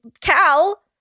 Cal